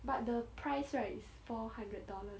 but the price right is four hundred dollars